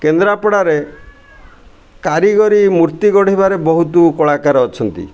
କେନ୍ଦ୍ରାପଡ଼ାରେ କାରିଗରୀ ମୂର୍ତ୍ତି ଗଢ଼ିବାରେ ବହୁତ କଳାକାର ଅଛନ୍ତି